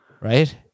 Right